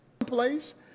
place